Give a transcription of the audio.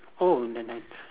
oh in the night